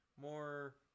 more